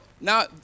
now